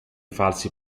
falsi